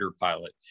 pilot